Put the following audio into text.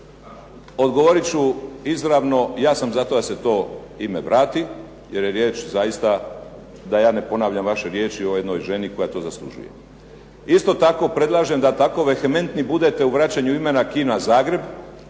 odgovoriti ću izravno. Ja sam za to da se to ime vrati jer je riječ zaista, da ja ne ponavljam vaše riječi, o jednoj ženi koja to zaslužuje. Isto tako predlažem da tako vehementni budete u vraćanju imena Kina Zagreb